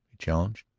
he challenged,